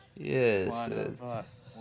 Yes